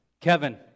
Kevin